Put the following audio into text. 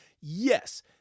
Yes